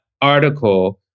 article